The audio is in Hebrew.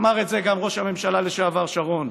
אמר את זה גם ראש הממשלה לשעבר שרון.